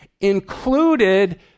included